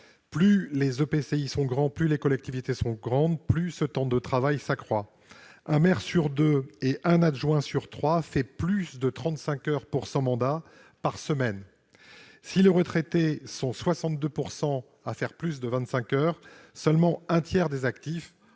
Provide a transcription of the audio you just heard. Plus les EPCI sont grands, plus les collectivités sont grandes, plus ce temps de travail s'accroît. Un maire sur deux et un adjoint sur trois consacrent plus de 35 heures par semaine à leur mandat. Si les retraités sont 62 % à faire plus de 25 heures, seulement un tiers des actifs